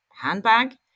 handbag